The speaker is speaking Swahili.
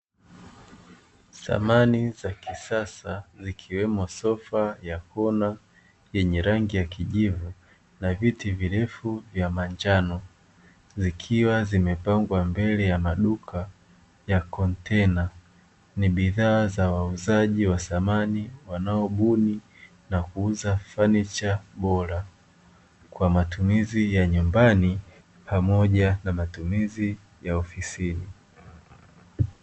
Samani za kisasa zikiwemo sofa ya kona, yenye rangi ya kijivu na viti virefu vya manjano, zikiwa zimepangwa mbele ya maduka ya kontena, ni bidhaa za wauzaji wa samani wanaobuni na kuuza fanicha bora kwa matumizi ya nyumbani, pamoja na matumizi ya ofisini.